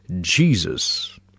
Jesus